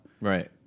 Right